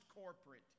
corporate